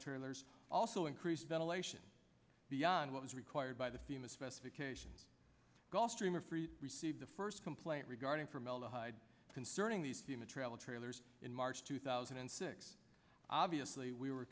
tears also increase ventilation beyond what is required by the fema specifications gulfstream are free to receive the first complaint regarding formaldehyde concerning these thema travel trailers in march two thousand and six obviously we were